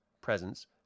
presence